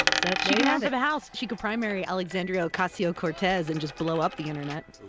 so she can run for the house. she could primary alexandria ocasio-cortez and just blow up the internet